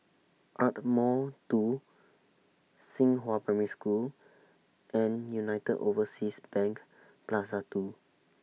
Ardmore two Xinghua Primary School and United Overseas Bank Plaza two